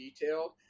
detailed